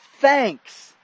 thanks